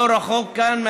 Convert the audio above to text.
לא רחוק מכאן,